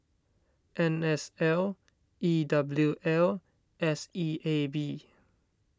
N S L E W L S E A B